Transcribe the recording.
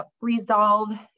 resolve